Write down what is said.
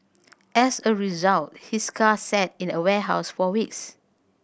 as a result his car sat in a warehouse for weeks